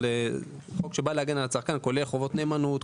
הוא בא להגן על הצרכן כולל חובות נאמנות,